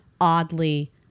oddly